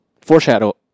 foreshadow